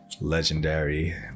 legendary